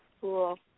Cool